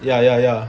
ya ya ya